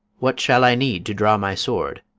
what shall i need to draw my sword?